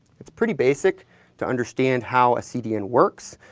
it's pretty basic to understand how a cdn works,